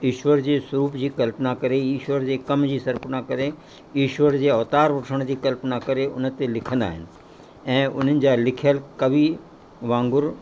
ईश्वर जी स्वरूप जी कल्पना करे ईश्वर जे कम जी सरपना करे ईश्वर जे अवतार वठण जी कल्पना करे उन ते लिखंदा आहिनि ऐं उन्हनि जा लिखियल कवि वांगुरु